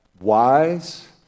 wise